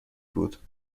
بود